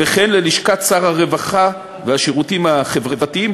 וכן ללשכת שר הרווחה והשירותים החברתיים,